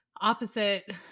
opposite